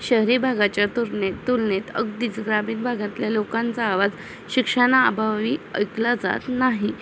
शहरी भागाच्या तुलनेत तुलनेत अगदीच ग्रामीण भागातल्या लोकांचा आवाज शिक्षणाअभावी ऐकला जात नाही